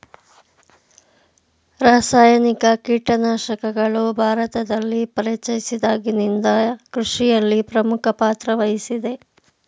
ರಾಸಾಯನಿಕ ಕೀಟನಾಶಕಗಳು ಭಾರತದಲ್ಲಿ ಪರಿಚಯಿಸಿದಾಗಿನಿಂದ ಕೃಷಿಯಲ್ಲಿ ಪ್ರಮುಖ ಪಾತ್ರ ವಹಿಸಿವೆ